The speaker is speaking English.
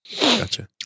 Gotcha